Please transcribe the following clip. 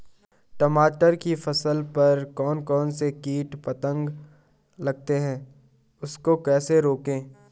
टमाटर की फसल पर कौन कौन से कीट पतंग लगते हैं उनको कैसे रोकें?